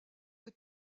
que